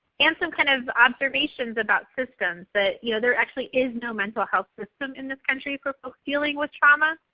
and some kind of observations about systems that you know there actually is no mental health system in this country for folks dealing with trauma.